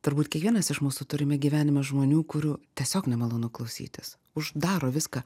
turbūt kiekvienas iš mūsų turime gyvenime žmonių kurių tiesiog nemalonu klausytis uždaro viską